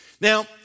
Now